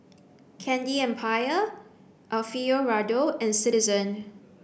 candy Empire Alfio Raldo and Citizen